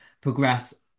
progress